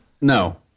No